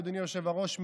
אדוני היושב-ראש,